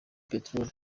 peteroli